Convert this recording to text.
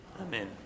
Amen